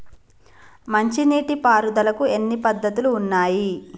మంచి నీటి పారుదలకి ఎన్ని పద్దతులు ఉన్నాయి?